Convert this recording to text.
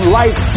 life